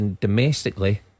domestically